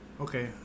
Okay